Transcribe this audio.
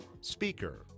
speaker